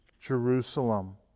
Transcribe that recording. Jerusalem